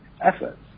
Efforts